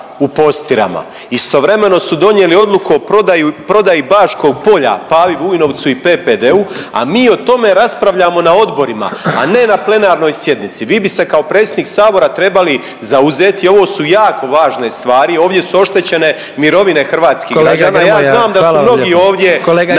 u Postirama. Istovremeno su donijeli odluku o prodaji Baškog polja Pavi Vujnovcu i PPD-u, a mi o tome raspravljamo na odborima, a ne na plenarnoj sjednici. Vi bi se kao predsjednik sabora trebali zauzeti ovo su jako važne stvari, ovdje su oštećene mirovine hrvatskih građana. …/Upadica predsjednik: